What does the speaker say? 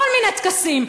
למיני טקסים,